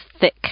thick